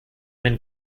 than